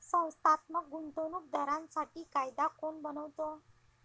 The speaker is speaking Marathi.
संस्थात्मक गुंतवणूक दारांसाठी कायदा कोण बनवतो?